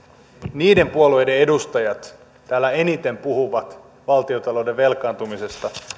niiden puolueiden edustajat täällä eniten puhuvat valtiontalouden velkaantumisesta